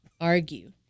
argue